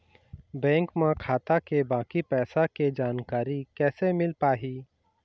Bank म खाता के बाकी पैसा के जानकारी कैसे मिल पाही?